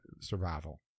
survival